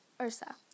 Ursa